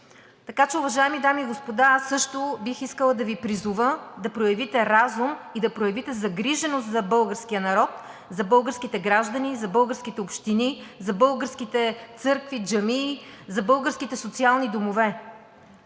решение. Уважаеми дами и господа, аз също бих искала да Ви призова да проявите разум и да проявите загриженост за българския народ, за българските граждани и за българските общини, за българските църкви, джамии, за българските социални домове.